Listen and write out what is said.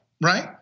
right